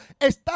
está